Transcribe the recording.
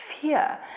fear